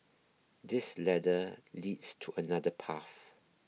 this ladder leads to another path